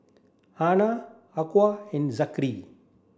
Hana and Zikri